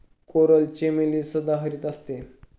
coral चमेली सदाहरित असते